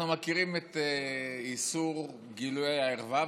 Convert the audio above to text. אנחנו מכירים את איסור גילוי הערווה,